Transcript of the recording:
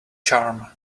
charm